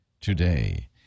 today